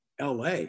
LA